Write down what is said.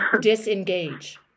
disengage